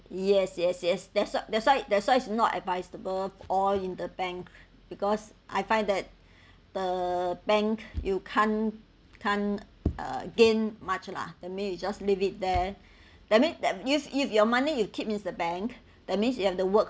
yes yes yes that's why that's why that's why it's not advisable all in the bank because I find that the bank you can't can't uh gain much lah that means you just leave it there that means that if if your money you keep in the bank that means you have to work